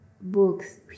Books